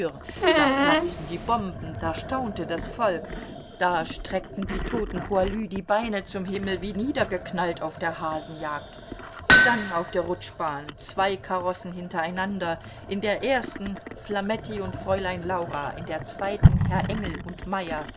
da platzten die bomben da staunte das volk da streckten die toten poilus die beine zum himmel wie niedergeknallt auf der hasenjagd dann auf der rutschbahn zwei karossen hintereinander in der ersten flametti und fräulein laura in der zweiten herr engel und meyer